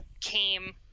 came